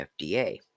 FDA